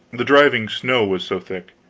the driving snow was so thick.